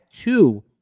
two